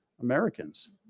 Americans